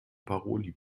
paroli